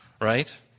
right